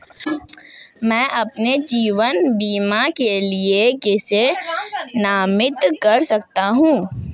मैं अपने जीवन बीमा के लिए किसे नामित कर सकता हूं?